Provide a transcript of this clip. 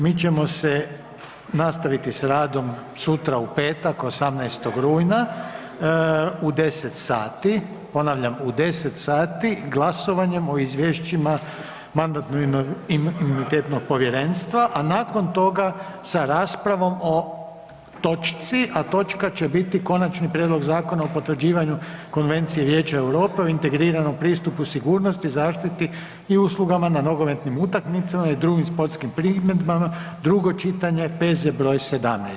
Mi ćemo nastaviti s radom sutra u petak 18. rujna u 10,00, ponavljam u 10,00 glasovanjem o izvješćima Mandatno-imunitetnog povjerenstva, a nakon toga sa raspravom o točci, a točka će biti Konačni prijedlog Zakona o potvrđivanju Konvencije Vijeća Europe o integriranom pristupu sigurnosti, zaštiti i uslugama na nogometnim utakmicama i drugim sportskim priredbama, drugo čitanje, P.Z. br. 17.